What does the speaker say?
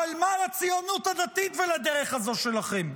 אבל מה לציונות הדתית ולדרך הזו שלכם?